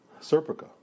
Serpica